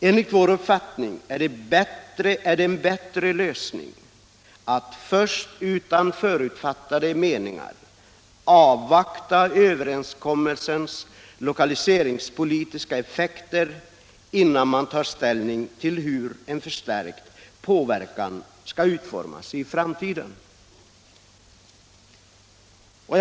Enligt vår uppfattning är det en bättre lösning att utan förutfattade meningar avvakta överenskommelsens lokaliseringspolitiska effekter, innan man tar ställning till hur en förstärkt påverkan skall utformas i framtiden.